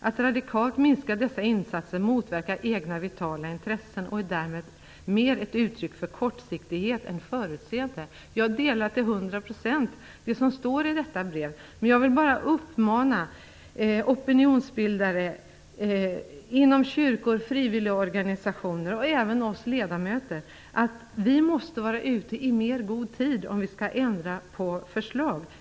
Att radikalt minska dessa insatser motverkar egna vitala intressen och är därmed mer ett uttryck för kortsiktighet än förutseende". Jag delar till 100 % de åsikter som står i detta brev. Men jag vill uppmana opinionsbildare inom kyrkor och frivilligorganisationer och även oss ledamöter: Vi måste vara ute i mer god tid om vi skall ändra förslag.